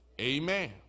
Amen